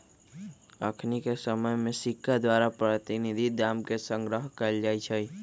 अखनिके समय में सिक्का द्वारा प्रतिनिधि दाम के संग्रह कएल जाइ छइ